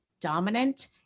dominant